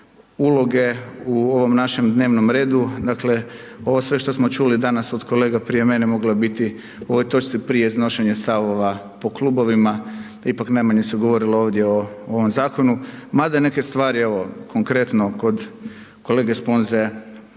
uloge u ovom našem dnevnom redu, dakle ovo sve što smo čuli danas od kolege prije mene moglo je biti u ovoj točci prije iznošenja stavova po klubovima, ipak najmanje se govorilo ovdje o ovom zakonu, mada neke stvari evo konkretno kod kolege Sponze